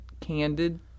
candid